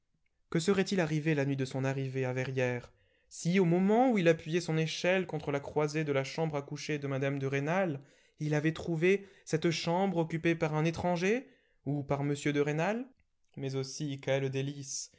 que serait-il arrivé la nuit de son arrivée à verrières si au moment où il appuyait son échelle contre la croisée de la chambre à coucher de mme de rênal il avait trouvé cette chambre occupée par un étranger ou par m de rênal mais aussi quelles délices